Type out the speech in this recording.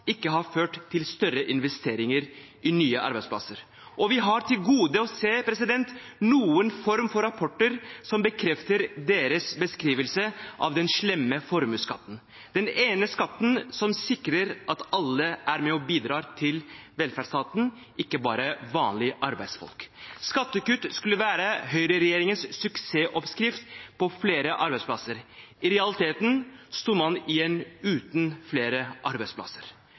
ikke har ført til større investeringer i nye arbeidsplasser. Og vi har til gode å se noen form for rapporter som bekrefter deres beskrivelse av den slemme formuesskatten, den ene skatten som sikrer at alle er med og bidrar til velferdsstaten – ikke bare vanlige arbeidsfolk. Skattekutt skulle være høyreregjeringens suksessoppskrift på flere arbeidsplasser. I realiteten sto man igjen uten flere arbeidsplasser,